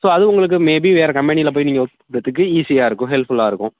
so அது உங்களுக்கு maybe வேற கம்பெனியில போய் நீங்கள் ஒர்க் பண்ணுறதுக்கு ஈஸியாக இருக்கும் ஹெல்ப்ஃபுல்லாக இருக்கும்